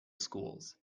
schools